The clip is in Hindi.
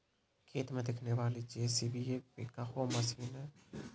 खेत में दिखने वाली जे.सी.बी एक बैकहो मशीन है